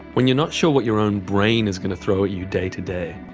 when you're not sure what your own brain is going to throw at you day today,